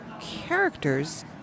characters